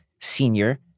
Senior